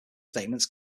statements